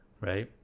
right